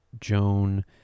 Joan